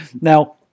Now